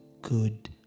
good